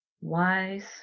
wise